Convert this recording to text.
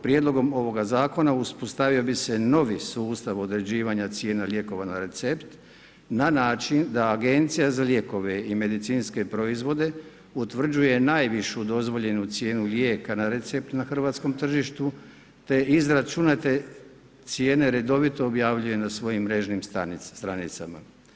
Prijedlogom ovoga zakona, uspostavio bi se novi sustav određivanja cijena lijekova na recept, na način, da Agencija za lijekove i medicinske proizvode, utvrđuje najvišu dozvoljenu cijenu lijeka na recept na hrvatskom tržištu, te izračunate cijene redovitog objavljuje na svojim mrežnim stranicama.